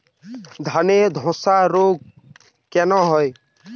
ধানে ধসা রোগ কেন হয়?